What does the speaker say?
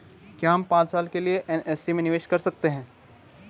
क्या हम पांच साल के लिए एन.एस.सी में निवेश कर सकते हैं?